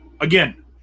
Again